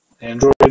Android